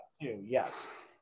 Yes